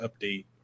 update